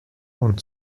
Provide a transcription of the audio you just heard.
und